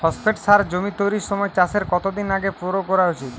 Phosphate সার জমি তৈরির সময় চাষের কত দিন আগে প্রয়োগ করা উচিৎ?